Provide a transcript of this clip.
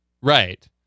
Right